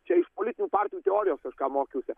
čia iš politinių partijų teorijos aš ką mokyti